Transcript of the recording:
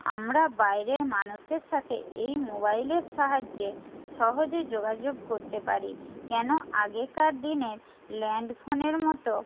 আমরা বাইরের মানুষের সাথে এই মোবাইলের সাহায্যে সহজে যোগাযোগ করতে পারি কেন আগেকার দিনের ল্যান্ড ফোনের মতো